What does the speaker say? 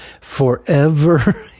Forever